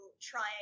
trying